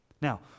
Now